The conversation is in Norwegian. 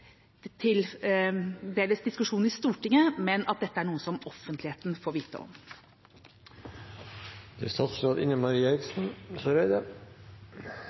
ikke meddeles i diskusjon i Stortinget, men at dette er noe som offentligheten får vite